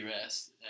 rest